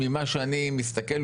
ממה שאני מסתכל,